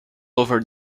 over